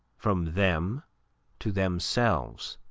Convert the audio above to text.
from them to themselves.